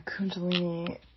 Kundalini